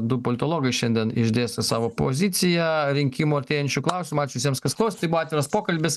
du politologai šiandien išdėstė savo poziciją rinkimų artėjančių klausimą ačiū vsiems kas klausė tai buvo atviras pokalbis